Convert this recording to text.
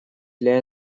для